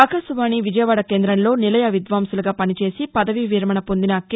ఆకాశవాణి విజయవాడ కేందంలో నిలయ విద్వాంసులుగా పనిచేసి పదవీవిరమణ పొందిన కె